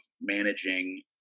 managing